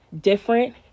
different